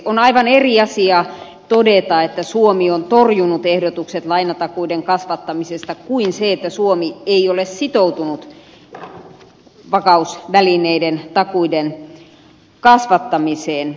on aivan eri asia todeta että suomi on torjunut ehdotukset lainatakuiden kasvattamisesta kuin se että suomi ei ole sitoutunut vakausvälineiden takuiden kasvattamiseen